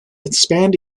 expand